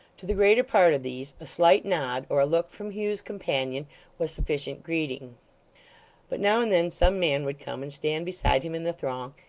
to the greater part of these, a slight nod or a look from hugh's companion was sufficient greeting but, now and then, some man would come and stand beside him in the throng,